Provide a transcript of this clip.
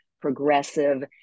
progressive